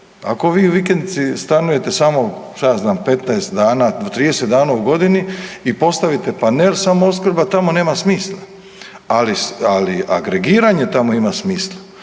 Ako vi u vikendici stanujete samo što ja znam 15 dana do 30 dana u godini i postavite panel, sama opskrba tamo nema smisla. Ali agregiranje tamo ima smisla.